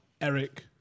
Eric